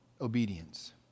obedience